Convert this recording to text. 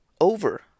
over